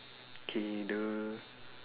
okay the